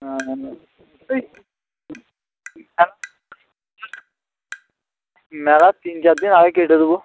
হ্যাঁ মেলার তিন চার দিন আগে কেটে দেব